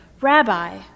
Rabbi